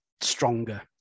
stronger